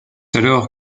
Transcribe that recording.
alors